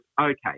okay